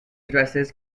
addresses